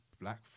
Black